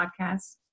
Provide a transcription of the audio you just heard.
podcast